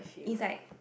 it's like